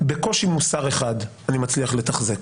בקושי מוסר אחד אני מצליח לתחזק,